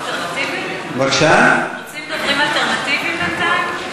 רוצים דוברים אלטרנטיביים בינתיים?